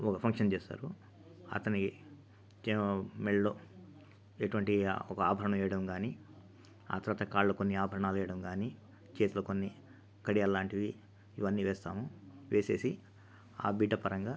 ఒక ఫంక్షన్ చేస్తారు అతని కే మెడలో ఎటువంటి ఒక ఆభరణం వేయడం కానీ ఆ తర్వాత కాళ్ళకు కొన్ని ఆభరణాలు వేయడం కానీ చేతిలో కొన్ని కడియాలు లాంటివి ఇవన్నీ వేస్తాము వేసేసి ఆ బిడ్డ పరంగా